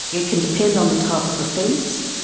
it can depend on the type of offence.